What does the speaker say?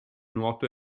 nuoto